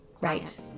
right